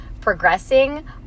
progressing